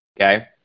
Okay